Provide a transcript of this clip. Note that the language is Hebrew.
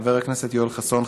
חבר הכנסת יואל חסון,